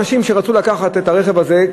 אנשים שרצו לקחת את הרכב הזה,